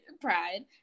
pride